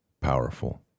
powerful